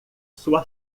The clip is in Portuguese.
sua